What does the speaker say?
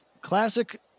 Classic